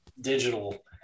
digital